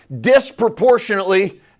disproportionately